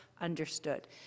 understood